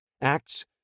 Acts